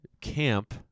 camp